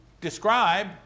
describe